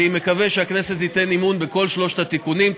אני מקווה שהכנסת תיתן אמון בכל שלושת התיקונים.